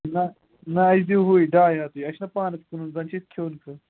نہَ نہَ اَسہِ دِیو ہُے ڈاے ہتھ ہٕے اَسہِ چھِنا پانس کٕنُن زن چھُ اَسہِ کھٮ۪ون کٮُ۪تھ